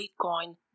Bitcoin